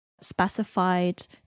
specified